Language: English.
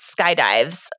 skydives